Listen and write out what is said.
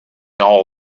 all